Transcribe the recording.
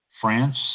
France